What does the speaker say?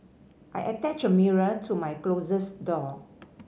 I attached a mirror to my closet door